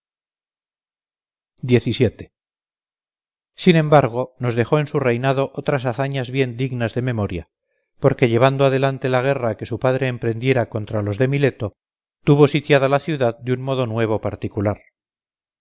descalabro sin embargo nos dejó en su reinado otras hazañas bien dignas de memoria porque llevando adelante la guerra que su padre emprendiera contra los de mileto tuvo sitiada la ciudad de un modo nuevo particular